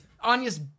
Anya's